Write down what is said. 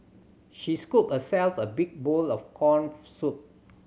she scooped herself a big bowl of corn soup